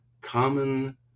common